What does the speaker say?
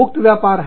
मुक्त व्यापार है